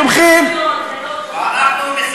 אתם תומכים עכשיו פתאום.